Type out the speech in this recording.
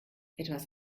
etwas